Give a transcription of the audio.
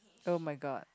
[oh]-my-god